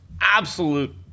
absolute